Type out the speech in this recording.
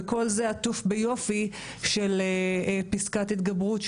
וכל זה עטוף ביופי של פסקת התגברות,